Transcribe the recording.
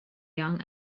young